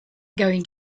going